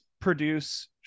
produce